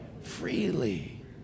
Freely